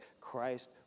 Christ